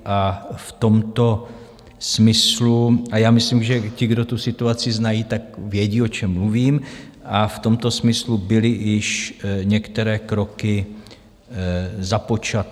A v tomto smyslu a já myslím, že ti, kdo tu situaci znají, tak vědí, o čem mluvím a v tomto smyslu byly již některé kroky započaty.